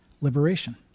liberation